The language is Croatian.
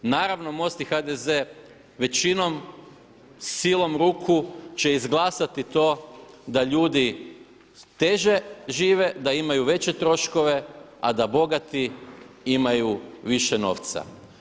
Naravno MOST i HDZ većinom silom ruku će izglasati to da ljudi teže žive, da imaju veće troškove a da bogati imaju više novca.